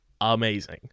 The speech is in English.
amazing